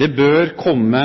Det bør komme